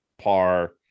par